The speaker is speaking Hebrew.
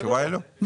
התשובה היא לא.